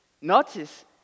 Notice